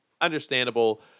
Understandable